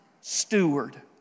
steward